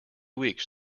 weeks